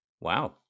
wow